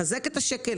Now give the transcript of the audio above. לחזק את השקל,